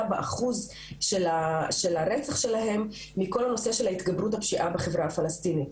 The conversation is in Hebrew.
באחוז של הרצח שלהן מכל הנושא של התגברות הפשיעה בחברה הפלשתינאית.